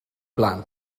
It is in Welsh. blaen